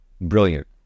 brilliant